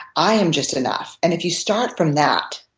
i am just enough. and if you start from that,